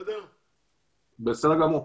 תודה רבה.